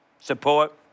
Support